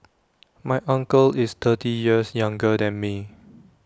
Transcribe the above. my uncle is thirty years younger than me